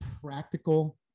practical